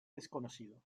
desconocido